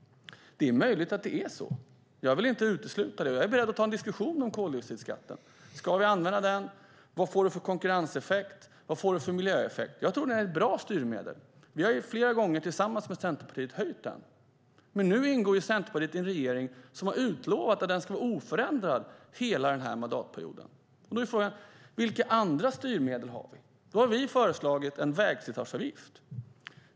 Det är möjligt att det är så. Jag vill inte utesluta det. Jag är beredd att ta en diskussion om koldioxidskatten. Ska vi använda den? Vad får det för konkurrenseffekt? Vad får det för miljöeffekt? Jag tror att den är ett bra styrmedel. Vi har ju höjt den flera gånger tillsammans med Centerpartiet, men nu ingår Centerpartiet i en regering som har utlovat att den ska vara oförändrad hela den här mandatperioden Då är frågan: Vilka andra styrmedel har vi? Vi har föreslagit en vägslitageavgift.